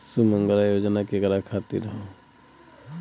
सुमँगला योजना केकरा खातिर ह?